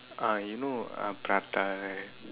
ah you know ah prata right